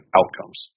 outcomes